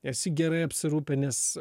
esi gerai apsirūpinęs